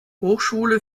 hochschule